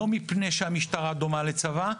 לא מפני שהמשטרה דומה לצבא,